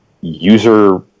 user